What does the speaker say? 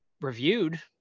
reviewed